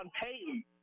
payton